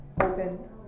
open